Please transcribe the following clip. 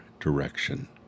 direction